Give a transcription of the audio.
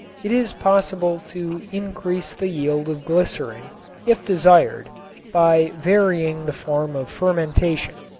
it is possible to increase the yield of glycerin if desired by varying the form of fermentation.